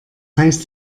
heißt